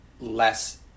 less